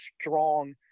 strong